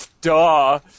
duh